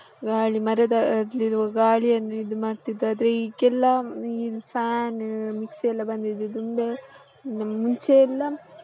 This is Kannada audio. ಗಾಳಿ ಮರದಲ್ಲಿರುವ ಗಾಳಿಯನ್ನು ಇದು ಮಾಡ್ತಿದ್ದರು ಆದರೆ ಈಗೆಲ್ಲ ಈ ಫ್ಯಾನ್ ಮಿಕ್ಸಿ ಎಲ್ಲ ಬಂದಿದೆ ದುಂಬೇ ಮುಂಚೆಯೆಲ್ಲ